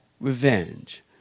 revenge